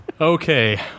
Okay